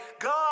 God